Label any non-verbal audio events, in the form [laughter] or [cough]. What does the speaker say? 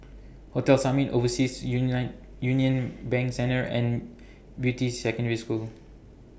Hotel Summit Overseas [unintelligible] Union Bank Centre and Beatty Secondary School